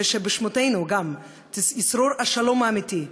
ובשדותינו גם ישרור שלום אמיתי,